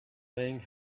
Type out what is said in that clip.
thing